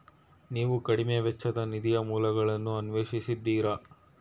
ನೀವು ಕಡಿಮೆ ವೆಚ್ಚದ ನಿಧಿಯ ಮೂಲಗಳನ್ನು ಅನ್ವೇಷಿಸಿದ್ದೀರಾ?